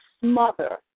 smother